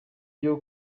ryo